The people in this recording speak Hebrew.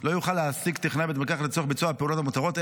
לא יוכל להעסיק טכנאי בית מרקחת לצורך ביצוע הפעולות המותרות,